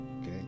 Okay